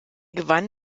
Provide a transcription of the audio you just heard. gewann